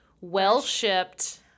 well-shipped